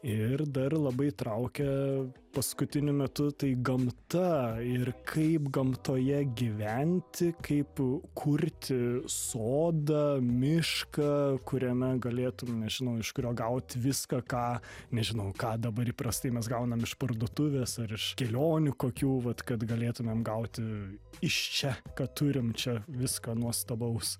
ir dar labai traukia paskutiniu metu tai gamta ir kaip gamtoje gyventi kaip kurti sodą mišką kuriame galėtum nežinau iš kurio gaut viską ką nežinau ką dabar įprastai mes gaunam iš parduotuvės ar iš kelionių kokių vat kad galėtumėm gauti iš čia kad turim čia viską nuostabaus